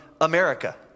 America